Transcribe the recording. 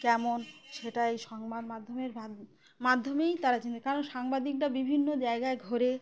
কেমন সেটা এই সংবাদ মাধ্যমের মাধ্য মাধ্যমেই তারা চিনতে কারণ সাংবাদিকরা বিভিন্ন জায়গায় ঘোরে